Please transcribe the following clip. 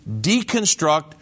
deconstruct